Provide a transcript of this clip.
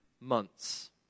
months